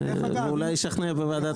ואולי אשכנע בוועדת הכנסת.